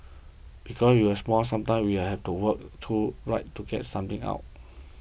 because we are small sometimes we have to work through right to get something out